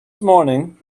morning